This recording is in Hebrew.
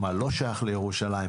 מה לא שייך לירושלים,